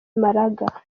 maraga